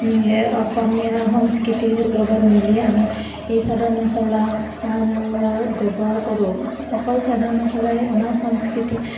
অসমীয়া সংস্কৃতিৰ লগত মিলি আমি এই চাদৰ মেখেলা ব্যৱহাৰ কৰোঁ অকল চাদৰ মেখেলাই আমাৰ সংস্কৃতিক